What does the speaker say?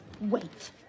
Wait